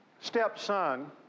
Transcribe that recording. stepson